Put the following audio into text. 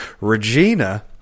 Regina